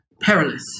perilous